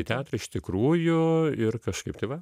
į teatrą iš tikrųjų ir kažkaip tai va